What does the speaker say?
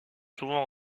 souvent